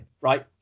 right